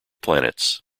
planets